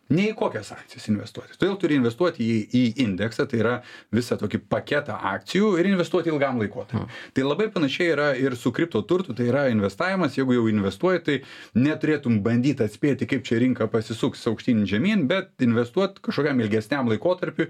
nei į kokias akcijas investuoti todėl turi investuoti į į indeksą tai yra visą tokį paketą akcijų ir investuoti ilgam laikotarpiui tai labai panašiai yra ir su kriptoturtu nu tai yra investavimas jeigu jau investuoji tai neturėtum bandyt atspėti kaip čia rinka pasisuks aukštyn žemyn bet investuot kažkokiam ilgesniam laikotarpiui